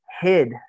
hid